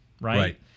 Right